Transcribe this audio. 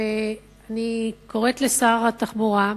אני קוראת לשר התחבורה,